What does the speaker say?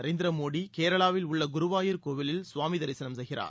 நரேந்திர மோடி கேரளாவில் உள்ள குருவாயூர் கோவிலில் சாமி தரிசனம் செய்கிறார்